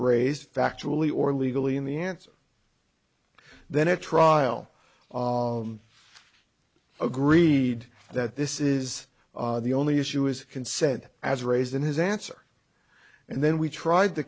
raised factually or legally in the answer then at trial oh agreed that this is the only issue is consent as raised in his answer and then we tried the